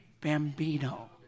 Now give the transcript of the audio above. Bambino